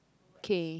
kay